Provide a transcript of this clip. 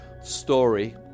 story